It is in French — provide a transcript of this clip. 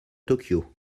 tokyo